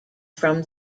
from